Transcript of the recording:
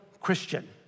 Christian